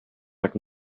but